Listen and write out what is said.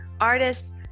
artists